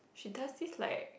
it does this like